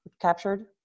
captured